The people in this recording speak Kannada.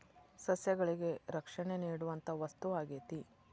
ಸಸ್ಯಗಳಿಗೆ ರಕ್ಷಣೆ ನೇಡುವಂತಾ ವಸ್ತು ಆಗೇತಿ